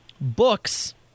books